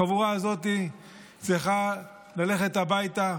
החבורה הזאת צריכה ללכת הביתה.